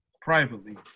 privately